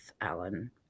Alan